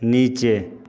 नीचे